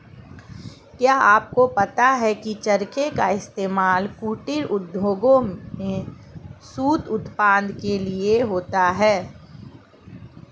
क्या आपको पता है की चरखे का इस्तेमाल कुटीर उद्योगों में सूत उत्पादन के लिए होता है